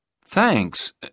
Thanks